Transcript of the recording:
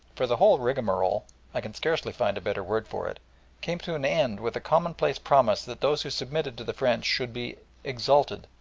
for the whole rigmarole i can scarcely find a better word for it came to an end with a commonplace promise that those who submitted to the french should be exalted,